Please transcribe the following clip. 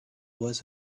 was